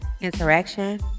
interaction